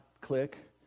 click